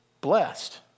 blessed